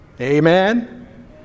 Amen